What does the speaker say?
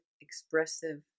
expressive